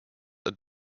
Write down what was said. are